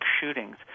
shootings